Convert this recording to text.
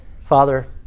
Father